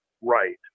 right